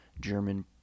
German